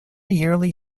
yearly